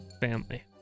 Family